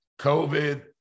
COVID